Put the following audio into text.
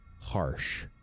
Harsh